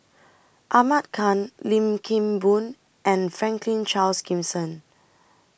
Ahmad Khan Lim Kim Boon and Franklin Charles Gimson